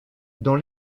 dans